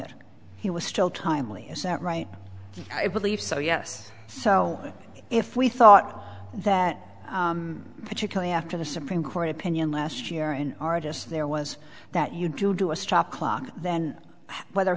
method he was still timely is that right i believe so yes so if we thought that particularly after the supreme court opinion last year an artist there was that you do a stopped clock then whether